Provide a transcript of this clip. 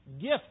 Gift